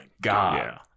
God